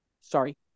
Sorry